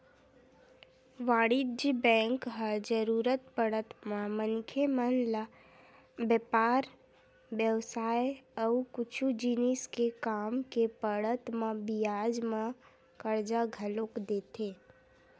वाणिज्य बेंक ह जरुरत पड़त म मनखे मन ल बेपार बेवसाय अउ कुछु जिनिस के काम के पड़त म बियाज म करजा घलोक देथे